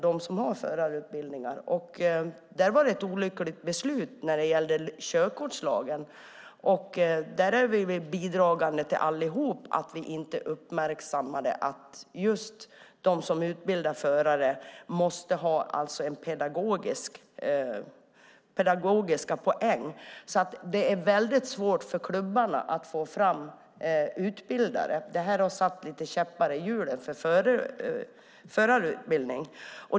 Det fattades ett olyckligt beslut när det gäller körkortslagen. Vi har alla bidragit till att vi inte uppmärksammade att just de som utbildar förare måste ha en viss pedagogisk utbildning. Det är därför svårt för klubbarna att få fram utbildare. Detta har satt lite käppar i hjulen för förarutbildningen.